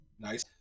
nice